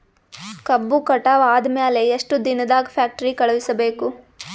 ಕಬ್ಬು ಕಟಾವ ಆದ ಮ್ಯಾಲೆ ಎಷ್ಟು ದಿನದಾಗ ಫ್ಯಾಕ್ಟರಿ ಕಳುಹಿಸಬೇಕು?